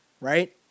right